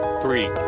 three